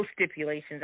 stipulations